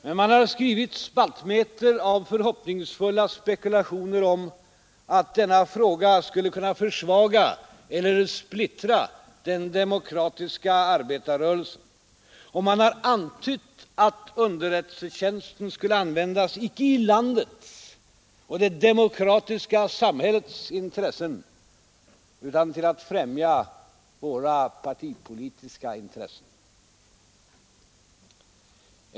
Men man har skrivit spaltmeter av förhoppningsfulla spekulationer om att denna fråga skulle kunna försvaga eller splittra den demokratiska arbetarrörelsen, och man har antytt att underrättelsetjänsten skulle användas icke i landets och det demokratiska samhällets intressen utan till att främja våra partipolitiska intressen.